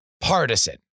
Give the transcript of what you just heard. Partisan